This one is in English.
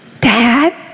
Dad